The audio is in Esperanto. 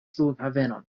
flughavenon